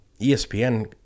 ESPN